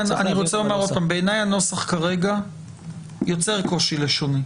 בעיניי הנוסח כרגע יוצר קושי לשוני.